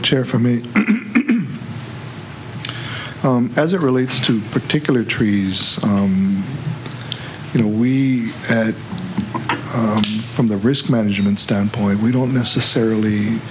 the chair for me as it relates to particular trees you know we said from the risk management standpoint we don't necessarily